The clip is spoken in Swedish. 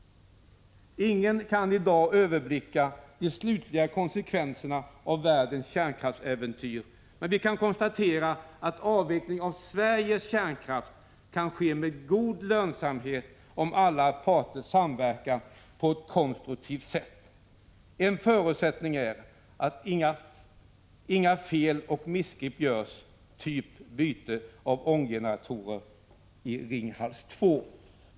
Ingen kan i dag överblicka de slutliga konsekvenserna av världens kärnkraftsäventyr, men vi kan konstatera att avvecklingen av Sveriges kärnkraft kan ske med god lönsamhet, om alla parter samverkar på ett konstruktivt sätt. En förutsättning är att inga fel och missgrepp görs, typ byte av ånggeneratorer i Ringhals 2.